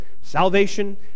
salvation